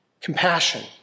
compassion